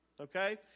Okay